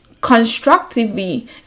constructively